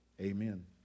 Amen